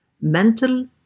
Mental